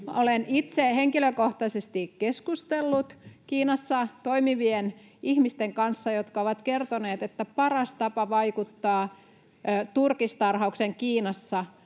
Olen itse henkilökohtaisesti keskustellut Kiinassa toimivien ihmisten kanssa, jotka ovat kertoneet, että paras tapa vaikuttaa turkistarhaukseen Kiinassa